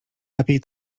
lepiej